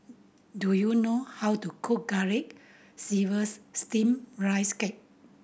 do you know how to cook Garlic Chives Steamed Rice Cake